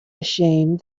ashamed